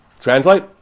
Translate